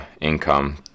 income